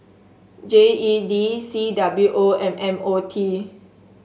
G E D C W O and M O T